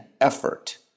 effort